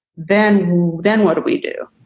then then what do we do?